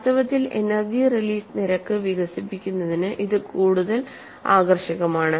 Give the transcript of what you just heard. വാസ്തവത്തിൽ energy release നിരക്ക് വികസിപ്പിക്കുന്നതിന് ഇത് കൂടുതൽ ആകർഷകമാണ്